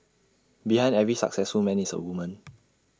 behind every successful man is A woman